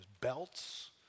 Belts